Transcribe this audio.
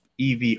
EV